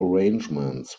arrangements